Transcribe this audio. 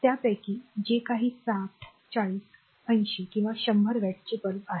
त्यापैकी जे काही 40 60 80 किंवा 100 वॅटचे बल्ब आहे